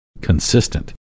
consistent